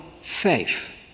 faith